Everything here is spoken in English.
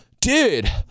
dude